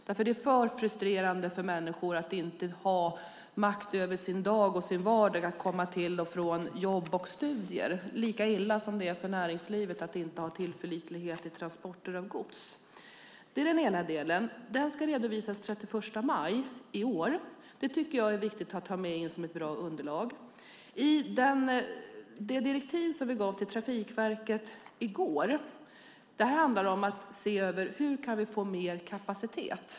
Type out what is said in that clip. Det är nämligen frustrerande för människor att inte ha makt över sin dag och sin vardag - det handlar om att komma till och från jobb och studier. Det är lika illa som det är för näringslivet att inte ha tillförlitlighet i fråga om transporter av gods. Det är den ena delen. Detta ska redovisas den 31 maj i år. Det tycker jag är viktigt att ha med som ett bra underlag. Det direktiv som vi gav till Trafikverket i går handlar om att man ska se över: Hur kan vi få mer kapacitet?